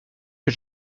que